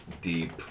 deep